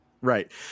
right